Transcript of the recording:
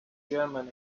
germany